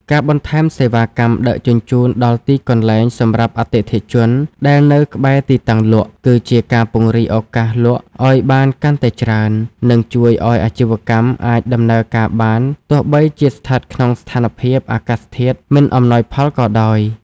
ការបន្ថែមសេវាកម្មដឹកជញ្ជូនដល់ទីកន្លែងសម្រាប់អតិថិជនដែលនៅក្បែរទីតាំងលក់ គឺជាការពង្រីកឱកាសលក់ឱ្យបានកាន់តែច្រើន និងជួយឱ្យអាជីវកម្មអាចដំណើរការបានទោះបីជាស្ថិតក្នុងស្ថានភាពអាកាសធាតុមិនអំណោយផលក៏ដោយ។